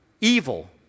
evil